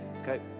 Okay